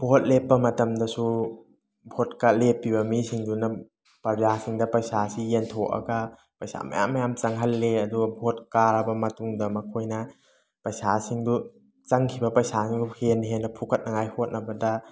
vote ꯂꯦꯞꯄ ꯃꯇꯝꯗꯁꯨ ꯚꯣꯠꯀ ꯂꯦꯞꯄꯤꯕ ꯃꯤꯁꯤꯡꯗꯨꯅ ꯄ꯭ꯔꯖꯥꯁꯤꯡꯗ ꯄꯩꯁꯥ ꯑꯁꯤ ꯌꯦꯟꯊꯣꯛꯑꯒ ꯄꯩꯁꯥ ꯃꯌꯥꯝ ꯃꯌꯥꯝ ꯆꯪꯍꯜꯂꯦ ꯑꯗꯨꯒ ꯚꯣꯠ ꯀꯥꯔꯕ ꯃꯇꯨꯡꯗ ꯃꯈꯣꯏꯅ ꯄꯩꯁꯥꯁꯤꯡꯗꯨ ꯆꯪꯈꯤꯕ ꯄꯩꯁꯥꯁꯤꯡꯗꯨ ꯍꯦꯟꯅ ꯍꯦꯟꯅ ꯐꯨꯀꯠꯅꯉꯥꯏ ꯍꯣꯠꯅꯕꯗ